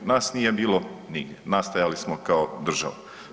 Nas nije bilo nigdje, nastajali smo kao država.